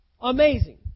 Amazing